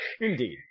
Indeed